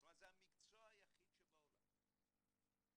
זה המקצוע היחיד בעולם